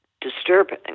disturbing